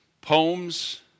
poems